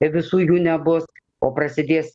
visų jų nebus o prasidės